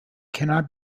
cannot